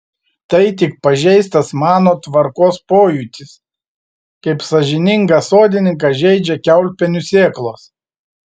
tai tik pažeistas mano tvarkos pojūtis kaip sąžiningą sodininką žeidžia kiaulpienių sėklos